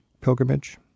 pilgrimage